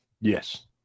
Yes